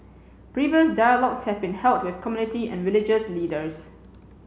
previous dialogues have been held with community and religious leaders